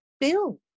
bill